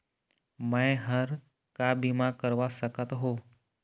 मैं हर का बीमा करवा सकत हो?